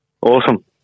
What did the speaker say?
Awesome